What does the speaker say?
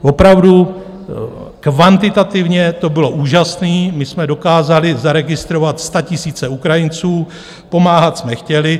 Opravdu kvantitativně to bylo úžasné, my jsme dokázali zaregistrovat statisíce Ukrajinců, pomáhat jsme chtěli.